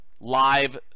live